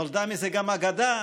נולדה מזה גם אגדה,